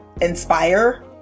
inspire